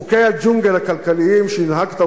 חוקי הג'ונגל הכלכליים שהנהגת,